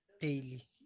daily